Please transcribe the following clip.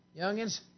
youngins